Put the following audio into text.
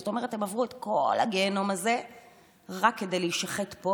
זאת אומרת שהם עברו את כל הגיהינום הזה רק כדי להישחט פה,